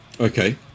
okay